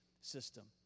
system